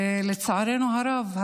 ולצערנו הרב,